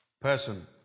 person